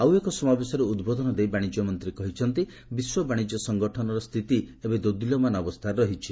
ଆଉ ଏକ ସମାବେଶରେ ଉଦ୍ବୋଧନ ଦେଇ ବାଣିଜ୍ୟମନ୍ତ୍ରୀ କହିଛନ୍ତି ବିଶ୍ୱ ବାଣିଜ୍ୟ ସଂଗଠନର ସ୍ଥିତି ଏବେ ଦୋଦୁଲ୍ୟମାନ ଅବସ୍ଥାରେ ରହିଛି